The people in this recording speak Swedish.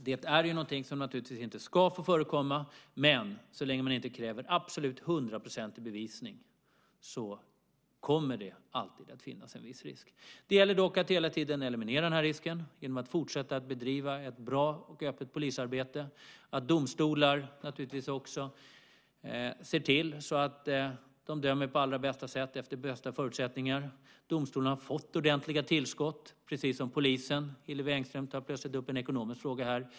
Det är något som naturligtvis inte ska få förekomma, men så länge man inte kräver absolut hundraprocentig bevisning kommer det alltid att finnas en viss risk. Det gäller dock att hela tiden eliminera risken genom att fortsätta att bedriva ett bra och öppet polisarbete, att domstolar naturligtvis också ser till att de dömer på allra bästa sätt efter bästa förutsättningar. Domstolarna har fått ordentliga tillskott, precis som polisen. Hillevi Engström tar plötsligt upp en ekonomisk fråga.